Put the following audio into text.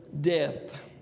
death